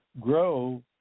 Grow